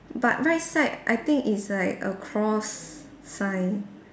but right side I think it's like a cross sign